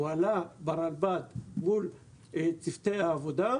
הוא עלה ברלב"ד מול צוותי העבודה,